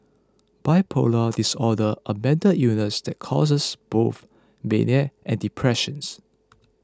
bipolar disorder a mental illness that causes both mania and depressions